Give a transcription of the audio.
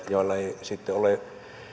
joilla ei sitten ole